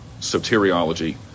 soteriology